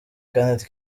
kandi